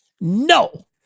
No